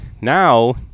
Now